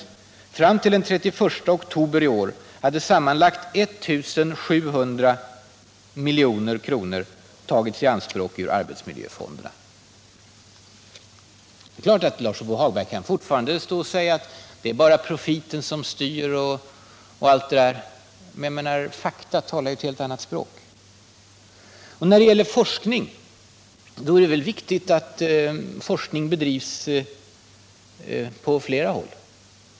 Fram till den 31 oktober i = del år hade sammanlagt 1 700 milj.kr. tagits i anspråk ur arbetsmiljöfonderna. Det är klart att Lars-Ove Hagberg fortfarande kan stå och säga att det bara är profiten som styr m.m., men fakta talar ju ett helt annat språk. När det gäller forskning är det viktigt att den bedrivs på flera håll.